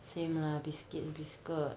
same lah biscuit biscuit